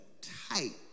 tight